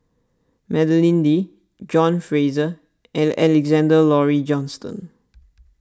Madeleine Lee John Fraser and Alexander Laurie Johnston